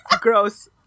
gross